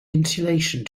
insulation